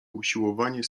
usiłowanie